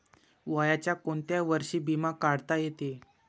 वयाच्या कोंत्या वर्षी बिमा काढता येते?